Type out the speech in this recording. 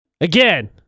Again